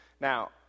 Now